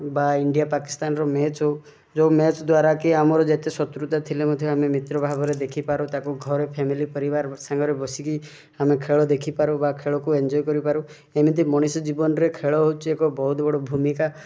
ବା ଇଣ୍ଡିଆ ପାକିସ୍ତାନର ମ୍ୟାଚ୍ ହଉ ଯେଉଁ ମ୍ୟାଚ୍ ଦ୍ଵାରା କି ଆମର ଯେତେ ଶତ୍ରୁତା ଥିଲେ ମଧ୍ୟ ଆମେ ମିତ୍ର ଭାବରେ ଦେଖିପାରୁ ତାକୁ ଘରେ ଫ୍ୟାମିଲି ପରିବାର ସାଙ୍ଗରେ ବସିକି ଆମେ ଖେଳ ଦେଖିପାରୁ ବା ଖେଳକୁ ଏଞ୍ଜୟ କରିପାରୁ ଏମିତି ମଣିଷ ଜୀବନରେ ଖେଳ ହେଉଛି ଗୋଟେ ବହୁତ ବଡ଼ ଭୂମିକା